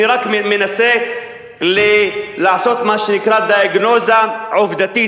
אני רק מנסה לעשות מה שנקרא דיאגנוזה עובדתית,